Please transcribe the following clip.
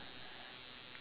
pretty much ya